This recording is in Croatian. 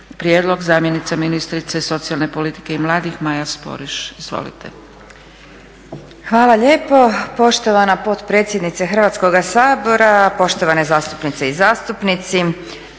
prijedlog zamjenica ministrice socijalne politike i mladih Maja Sporiš. Izvolite. **Sporiš, Maja** Hvala lijepo poštovana potpredsjednice Hrvatskoga sabora, poštovana zastupnice i zastupnici.